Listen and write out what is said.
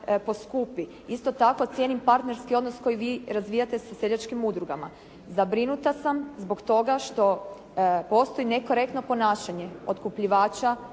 poskupi. Isto tako cijenim partnerski odnos koji vi razvijate sa seljačkim udrugama. Zabrinuta sam zbog toga što postoji nekorektno ponašanje otkupljivača